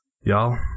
Y'all